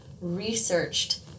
researched